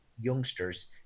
youngsters